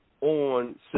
on